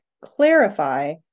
clarify